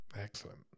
Excellent